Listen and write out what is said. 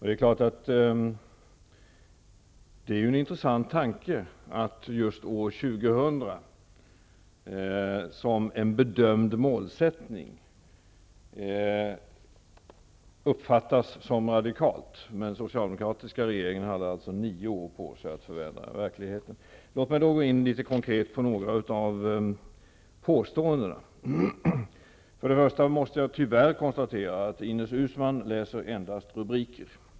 Det är klart att det är en intressant tanke att just år 2000 som bedömd målsättning uppfattas som något radikalt. Men den socialdemokratiska regeringen hade alltså nio år på sig att förändra verkligheten. Så vill jag gå in litet mera konkret på några av de här gjorda påståendena. Först och främst måste jag, tyvärr, konstatera att Ines Uusmann endast läser rubriker.